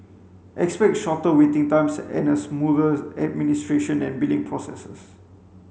expect shorter waiting times and a smoother administration and billing processes